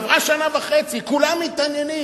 עברה שנה וחצי, כולם מתעניינים.